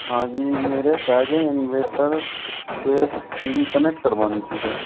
हाँ जी मेरे क्या है कि इन्वर्टर से टी वी कनेक्ट करवानी थी सर